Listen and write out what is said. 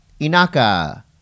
Inaka